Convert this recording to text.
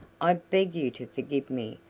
i beg you to forgive me,